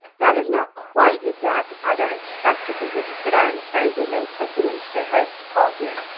that is not quite exact. i don't expect a visit, but i am afraid they may take it into their heads to call here.